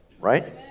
Right